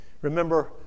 Remember